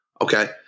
Okay